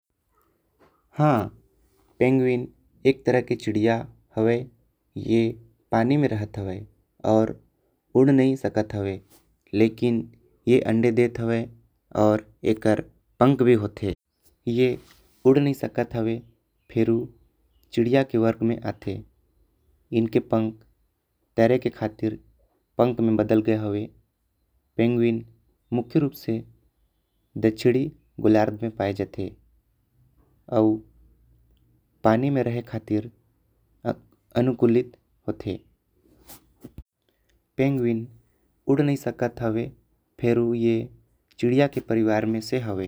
ह पेंग्विन एक तरह के चिड़िया हवे ए पानी मा राहत हवे। ओर उड़ नई सकत हैवे लेकिन ए अंडे देत हैवे आऊ। आकर पंख भी होते ए उड़ नई सकत हैवे फिरू चिड़िया के वर्ग में आते। इनके पंख तेरे के खातिर पंख म बदल गे हैवे। पेंग्विन मुख्य रूप से दक्षिणी गोलार्ध म पाएं जाते आऊ पानी मे रहे। खातिर अनुकूलित होते पेंग्विन उड़ नई सकत। हवे फिर ए चिड़िया के परिवार में से हवे।